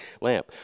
lamp